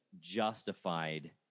justified